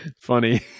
funny